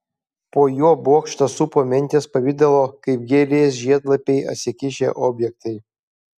po juo bokštą supo mentės pavidalo kaip gėlės žiedlapiai atsikišę objektai